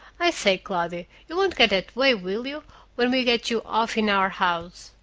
i say, cloudy, you won't get that way, will you when we get you off in our house?